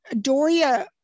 Doria